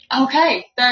Okay